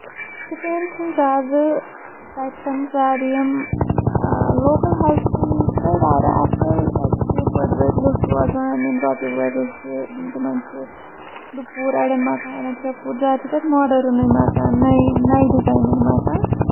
شُپین چھُنہٕ زیادٕ تَتہِ چھےٚ نہٕ زیادٕ یِم لوکل ہاوسِنگ چھُ تَتہِ واریاہ اَصٕل تَتہِ چھِ بٔڑ بٔڑ لُکھ روزان یِم رۄپیہِ وٲلۍ لُکھ چھِ تِمن چھُ دُپوٗر اَڈین مکان اَڈین ترٛےٚ پوٗر زیادٕ چھُ تِمن موڈٲرنٕے مکان نَیہِ ڈِزاینٔکۍ مکان